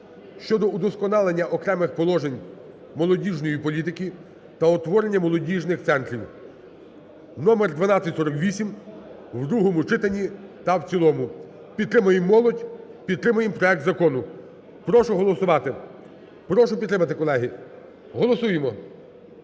(щодо удосконалення окремих положень молодіжної політики та утворення молодіжних центрів) (номер 1248) у другому читанні та в цілому. Підтримуємо молодь, підтримуємо проект закону. Прошу голосувати, прошу підтримати колеги, голосуємо.